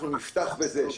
אנחנו נפתח בזה,